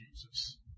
Jesus